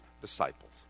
disciples